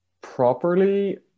properly